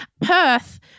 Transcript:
Perth